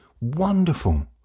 Wonderful